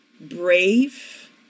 brave